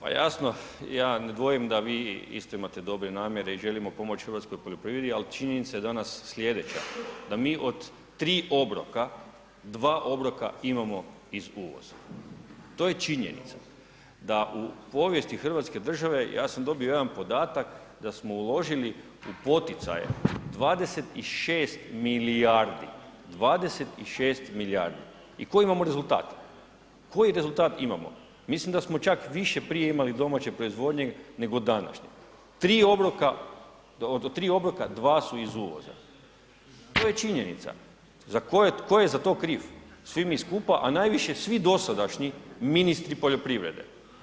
Pa jasno, ja ne dvojim da vi isto imate dobre namjere i želimo pomoć hrvatskoj poljoprivredi, al činjenica je danas slijedeća, da mi od 3 obroka, 2 obroka imamo iz uvoza, to je činjenica, da u povijesti hrvatske države, ja sam dobio jedan podatak da smo uložili u poticaje 26 milijardi, 26 milijardi i koji imamo rezultat, koji rezultat imamo, mislim da smo čak više prije imali domaće proizvodnje nego današnje, 3 obroka, od 3 obroka 2 su iz uvoza, to je činjenica, tko je za to kriv, svi mi skupa, a najviše svi dosadašnji ministri poljoprivrede.